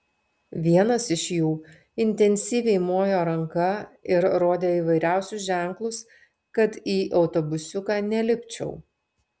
vienas iš jų intensyviai mojo ranka ir rodė įvairiausius ženklus kad į autobusiuką nelipčiau